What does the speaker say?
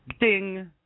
ding